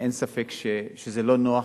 אין ספק שזה לא נוח,